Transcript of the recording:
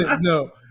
no